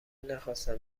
نخواستم